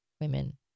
Women